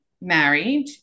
married